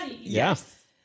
Yes